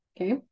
okay